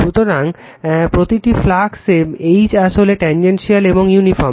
সুতরাং প্রতিটি ফ্লাক্স এ H আসলে ট্যানজেনশিয়াল এবং ইউনিফর্ম